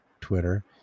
Twitter